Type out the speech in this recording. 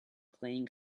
playing